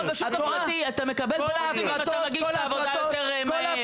כשאתה בשוק הפרטי אתה מקבל בונוסים אם אתה מגיש את העבודה יותר מהר.